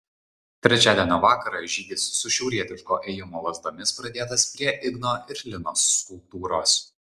trečiadienio vakarą žygis su šiaurietiško ėjimo lazdomis pradėtas prie igno ir linos skulptūros